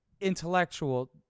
intellectual